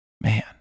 Man